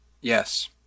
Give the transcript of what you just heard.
Yes